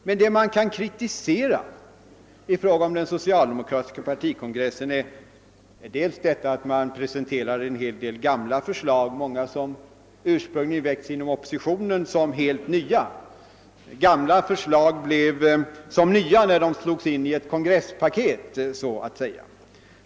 Men det man kan kritisera i fråga om den socialdemokratiska partikongressen är att en hel del gamla förslag, bland dem många som ursprungligen väckts inom oppositionen, presenteras som helt nya — gamla förslag blev som nya när de slogs in i ett kongresspaket.